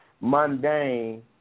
mundane